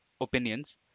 opinions